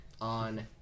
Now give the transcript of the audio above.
On